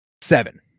seven